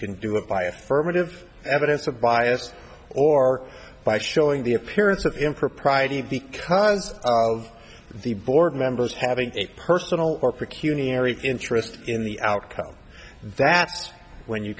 can do it by affirmative evidence of bias or by showing the appearance of impropriety because of the board members having a personal or peculiarity interest in the outcome that's when you